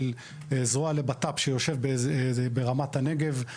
של זרוע לבט"פ שיושב ברמת הנגב.